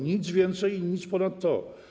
Nic więcej, nic ponad to.